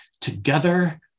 Together